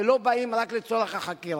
ולא באים רק לצורך החקירה.